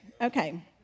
Okay